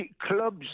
clubs